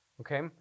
Okay